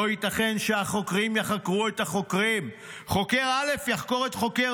"לא ייתכן שהחוקרים יחקרו את החוקרים" חוקר א' יחקור את חוקר